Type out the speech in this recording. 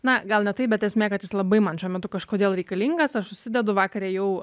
na gal ne taip bet esmė kad jis labai man šiuo metu kažkodėl reikalingas aš užsidedu vakar ėjau